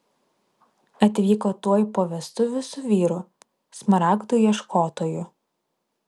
atvyko tuoj po vestuvių su vyru smaragdų ieškotoju